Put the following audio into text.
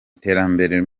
iterambere